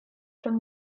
from